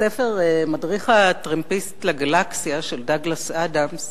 בספר "מדריך הטרמפיסט לגלקסיה" של דאגלס אדאמס,